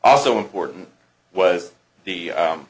also important was the